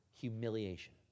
Humiliation